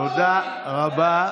תודה רבה.